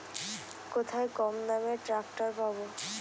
কোথায় কমদামে ট্রাকটার পাব?